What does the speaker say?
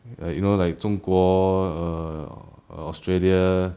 like you know like 中国 err or Australia